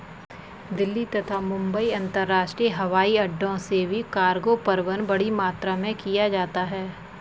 दिल्ली तथा मुंबई अंतरराष्ट्रीय हवाईअड्डो से भी कार्गो परिवहन बड़ी मात्रा में किया जाता है